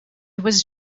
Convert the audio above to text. was